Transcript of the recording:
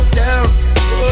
down